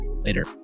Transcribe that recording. Later